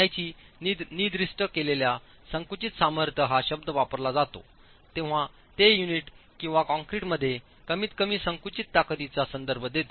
चिनाईची निर्दिष्ट केलेल्या संकुचित सामर्थ्य हा शब्द वापरला जातो तेव्हा ते युनिट किंवा कॉंक्रिटमध्ये कमीतकमी संकुचित ताकदीचा संदर्भ देते